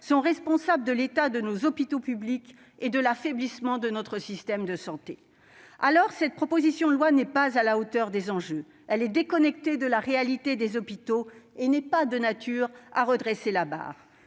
sont responsables de l'état de nos hôpitaux publics et de l'affaiblissement de notre système de santé. Cette proposition de loi n'est pas à la hauteur des enjeux : elle est déconnectée de la réalité des hôpitaux et n'est pas de nature à redresser la barre.